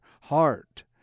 heart